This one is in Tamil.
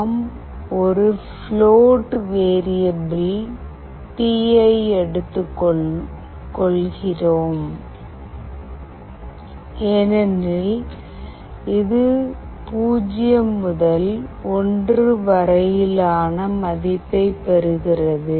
நாம் ஒரு ப்லோட் வேரியபில் பி ஐ எடுத்துக்கொள்கிறோம் ஏனெனில் இது 0 முதல் 1 வரையிலான மதிப்பைப் பெறுகிறது